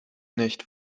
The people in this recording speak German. nicht